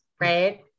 right